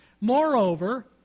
Moreover